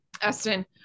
Esten